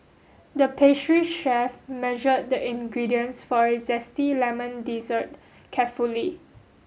the pastry chef measured the ingredients for a zesty lemon dessert carefully